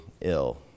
ill